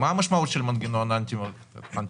יהלי, מה המשמעות של מנגנון אנטי מחזורי?